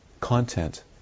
content